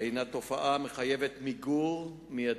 הינה תופעה המחייבת מיגור מיידי.